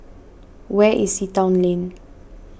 where is the Sea Town Lane